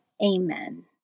Amen